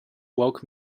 woke